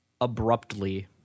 Abruptly